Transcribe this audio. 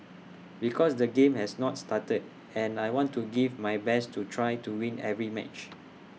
because the game has not started and I want to give my best to try to win every match